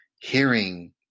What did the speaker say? hearing